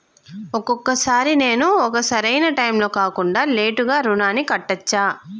ఒక్కొక సారి నేను ఒక సరైనా టైంలో కాకుండా లేటుగా రుణాన్ని కట్టచ్చా?